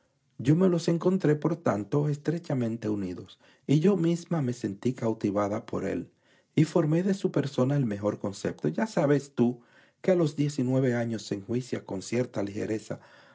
yo me los encontré por tanto estrechamente unidos y yo misma me sentí cautivada por él y formé de su persona el mejor concepto ya sabes que a los diez y nueve años se enjuicia con cierta ligereza